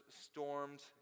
stormed